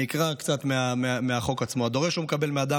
אני אקרא רק קצת מהחוק עצמו: "הדורש או מקבל מאדם